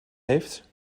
heeft